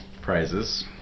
prizes